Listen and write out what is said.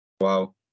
Wow